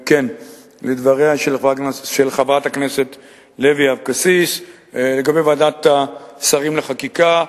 לדבריה של חברת הכנסת לוי אבקסיס לגבי ועדת השרים לחקיקה.